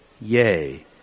yea